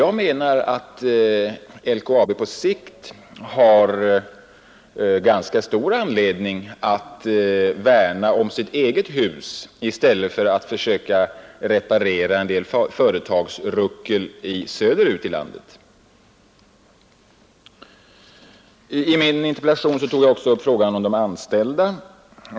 Jag anser att LKAB på sikt har ganska stor anledning att värna om sitt eget hus i stället för att försöka reparera en del företagsruckel söder ut i landet. I min interpellation tog jag också upp frågan om de anställda.